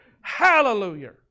Hallelujah